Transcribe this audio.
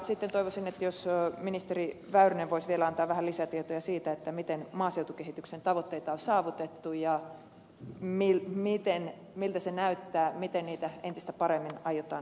sitten toivoisin että ministeri väyrynen voisi vielä antaa vähän lisätietoja siitä miten maaseutukehityksen tavoitteita on saavutettu ja miltä se näyttää miten niitä entistä paremmin aiotaan tulevaisuudessa saavuttaa